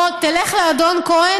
או: תלך לאדון כהן,